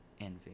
envy